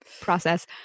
process